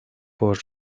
por